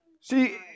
See